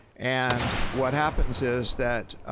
and what happens is that,